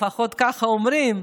לפחות כך אומרים.